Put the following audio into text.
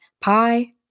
pie